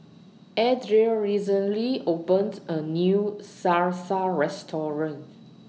Adria recently opened A New Salsa Restaurant